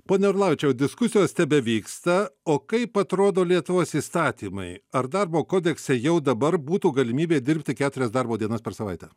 pone orlavičiau diskusijos tebevyksta o kaip atrodo lietuvos įstatymai ar darbo kodekse jau dabar būtų galimybė dirbti keturias darbo dienas per savaitę